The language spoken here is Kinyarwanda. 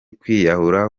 kwiyahura